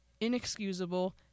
inexcusable